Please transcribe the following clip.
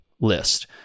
list